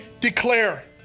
declare